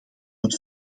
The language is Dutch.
het